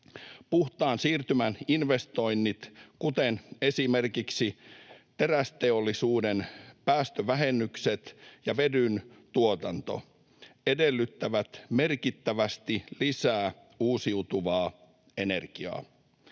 Puhtaan siirtymän investoinnit, kuten esimerkiksi terästeollisuuden päästövähennykset ja vedyn tuotanto, edellyttävät merkittävästi lisää uusiutuvaa energiaa.